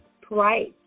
price